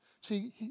See